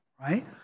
right